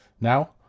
Now